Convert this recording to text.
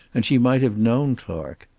and she might have known clark.